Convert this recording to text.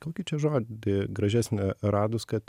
kokį čia žodį gražesnį radus kad